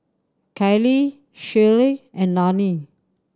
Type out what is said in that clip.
Kali Shea and Lani